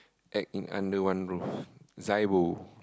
act in Under-One-Roof Zaibo